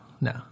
no